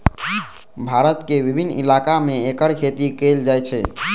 भारत के विभिन्न इलाका मे एकर खेती कैल जाइ छै